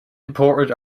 imported